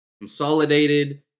consolidated